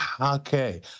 okay